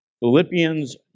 Philippians